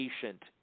patient